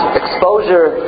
exposure